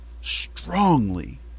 strongly